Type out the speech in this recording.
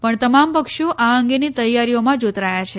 પણ તમામ પક્ષો આ અંગેની તૈયારીઓમાં જોતરાયા છે